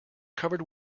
covered